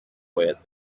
باید